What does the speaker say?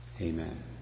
Amen